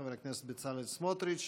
חבר הכנסת בצלאל סמוטריץ'.